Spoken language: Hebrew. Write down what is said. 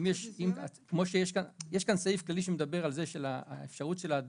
יש כאן סעיף כללי שמדבר על האפשרות של אדם